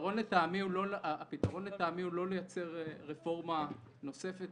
לטעמי, הפתרון הוא לא לייצר רפורמה נוספת